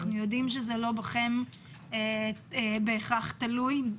אנחנו יודעים שזה לא בהכרח תלוי בכן,